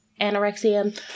anorexia